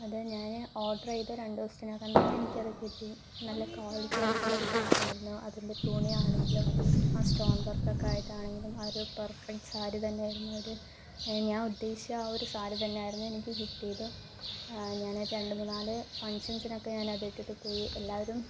അത് ഞാൻ ഓഡർ ചെയ്ത് രണ്ട് ദിവസത്തിനകം തന്നെ എനിക്കത് കിട്ടി നല്ല കാളിറ്റി ആയിട്ടുള്ളൊരു സാധനം ആയിരുന്നു അതിൻ്റെ തുണി ആണെങ്കിലും ആ സ്റ്റോൺ വർക്കൊക്കെ ആയിട്ടാണെങ്കിലും ആ ഒരു പെർഫെക്റ്റ് സാരി തന്നെ ആയിരുന്നത് ഒരു ഞാൻ ഉദ്ദേശിച്ച ആ ഒരു സാരി തന്നെയിരുന്നു എനിക്ക് കിട്ടിയത് ഞാൻ ഒരു രണ്ടുമൂന്നാൽ ഫങ്ക്ഷൻസിനൊക്കെ അതിട്ടിട്ട് പോയി എല്ലാവരും